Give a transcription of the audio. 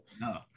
no